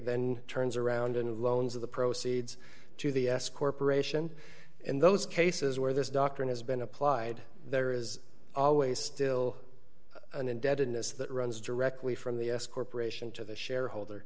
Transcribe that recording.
then turns around and loans of the proceeds to the s corporation in those cases where this doctrine has been applied there is always still an indebtedness that runs directly from the s corporation to the shareholder